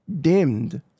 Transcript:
dimmed